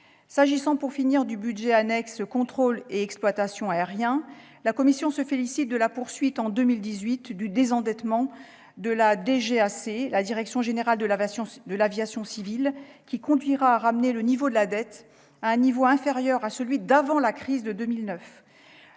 S'agissant, pour finir, du budget annexe « Contrôle et exploitations aériens », la commission se félicite de la poursuite, en 2018, du désendettement de la DGAC, la direction générale de l'aviation civile, qui conduira à ramener le niveau de la dette à un niveau inférieur à celui d'avant la crise de 2009.